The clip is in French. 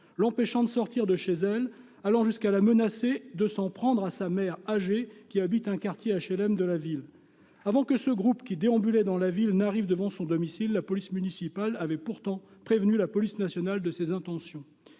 l'empêchant de sortir de chez elle, allant jusqu'à la menacer de s'en prendre à sa mère âgée, qui habite un quartier d'HLM de la ville. Avant que ce groupe, qui déambulait dans la ville, n'arrive devant son domicile, la police municipale avait pourtant prévenu la police nationale de ses intentions.